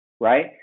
Right